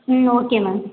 ம் okay ma'am